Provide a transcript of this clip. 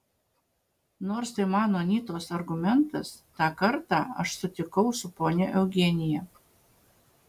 nors tai mano anytos argumentas tą kartą aš sutikau su ponia eugenija